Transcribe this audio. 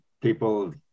people